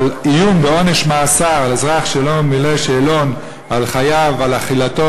אבל איום בעונש מאסר על אזרח שלא מילא שאלון על חייו ועל אכילתו